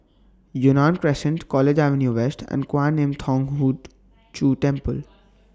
Yunnan Crescent College Avenue West and Kwan Im Thong Hood Cho Temple